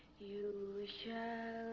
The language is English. you shall